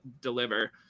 deliver